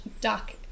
duck